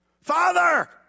Father